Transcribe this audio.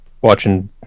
watching